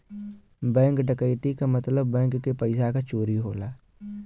bank डकैती क मतलब बैंक के पइसा क चोरी होला